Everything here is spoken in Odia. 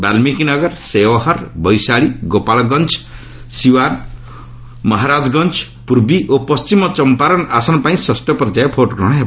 ବାଲ୍ଟିକୀ ନଗର ଶେଓହର୍ ବୈଶାଳୀ ଗୋପାଳଗଞ୍ଜ ସିୱାନ୍ ମହାରାଜଗଞ୍ଜ ପୂର୍ବୀ ଓ ପଣ୍ଟିମ ଚମ୍ପାରନ୍ ଆସନ ପାଇଁ ଷଷ୍ଠ ପର୍ଯ୍ୟାୟ ଭୋଟ୍ଗ୍ରହଣ ହେବ